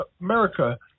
America